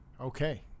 okay